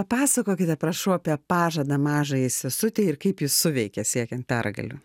pasakokite prašau apie pažadą mažajai sesutei ir kaip jis suveikė siekiant pergalių